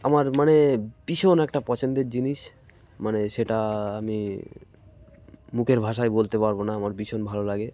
আমার মানে ভীষণ একটা পছন্দের জিনিস মানে সেটা আমি মুখের ভাষায় বলতে পারবো না আমার ভীষণ ভালো লাগে